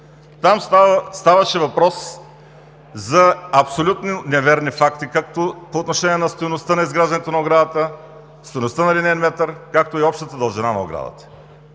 Там ставаше въпрос за абсолютно неверни факти както по отношение на стойността на изграждането на оградата – стойността на линеен метър, така и общата дължина на оградата.